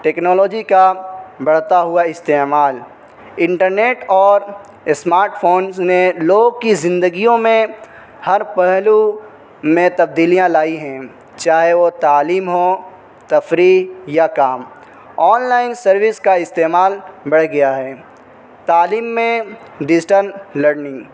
technology کا بڑھتا ہوا استعمال انٹرنیٹ اور اسماٹ فونز نے لوگوں کی زندگیوں میں ہر پہلو میں تبدیلیاں لائی ہیں چاہے وہ تعلیم ہوں تفریح یا کام آنلائن سروس کا استعمال بڑھ گیا ہے تعلیم میں ڈیجیٹل لڑننگ